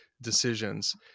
decisions